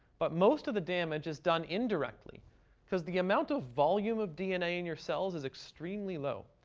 but most of the damage is done indirectly because the amount of volume of dna in your cells is extremely low.